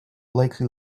likely